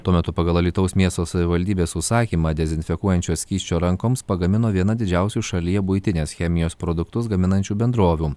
tuo metu pagal alytaus miesto savivaldybės užsakymą dezinfekuojančio skysčio rankoms pagamino viena didžiausių šalyje buitinės chemijos produktus gaminančių bendrovių